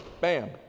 Bam